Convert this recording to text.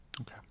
Okay